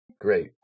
Great